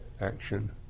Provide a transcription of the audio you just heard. action